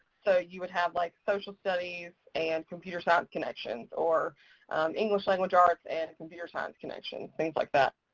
so you would have like social studies and computer science connections or english language arts and computer science connections. things like that.